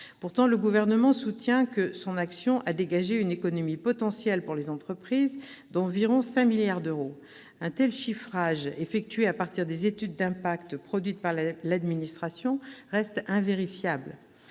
Pourtant, le Gouvernement soutient que son action a dégagé une économie potentielle pour les entreprises d'environ 5 milliards d'euros annuels. Un tel chiffrage, effectué à partir des études d'impact produites par l'administration, reste invérifiable.